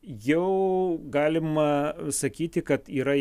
jau galima sakyti kad yra